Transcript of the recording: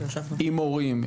עם הורים,